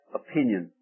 opinion